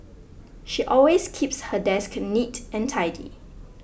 she always keeps her desk neat and tidy